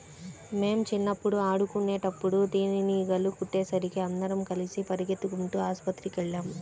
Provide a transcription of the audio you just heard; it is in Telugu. మేం చిన్నప్పుడు ఆడుకునేటప్పుడు తేనీగలు కుట్టేసరికి అందరం కలిసి పెరిగెత్తుకుంటూ ఆస్పత్రికెళ్ళాం